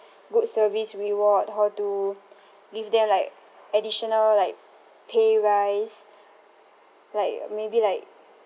good service reward or to give them like additional like pay rise like maybe like